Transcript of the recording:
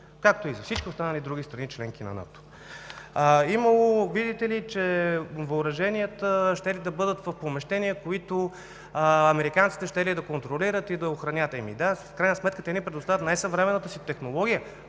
както и за всички останали други страни – членки на НАТО. Видите ли, въоръженията щели да бъдат в помещения, които американците щели да контролират и да охраняват. Да, в крайна сметка те ни предоставят най-съвременната си технология.